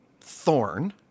thorn